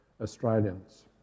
Australians